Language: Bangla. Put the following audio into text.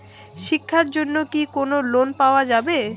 শিক্ষার জন্যে কি কোনো লোন পাওয়া যাবে?